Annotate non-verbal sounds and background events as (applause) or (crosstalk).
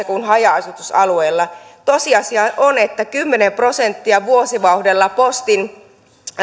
(unintelligible) kuin haja asutusalueilla tosiasia on että kymmenen prosentin vuosivauhdilla postin